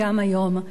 ואני מצטטת: